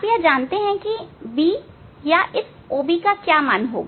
यह आप जानते हैंB या इस OB का क्या मान होगा